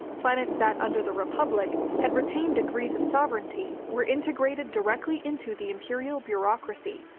planets that under the republic had retained degrees of sovereignty, were integrated directly into the imperial bureaucracy.